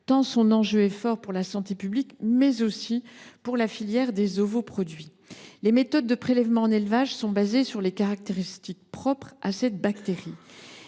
dont l’enjeu est important pour la santé publique, mais aussi pour la filière des ovoproduits. Les méthodes de prélèvement en élevage sont basées sur les caractéristiques propres des salmonelles.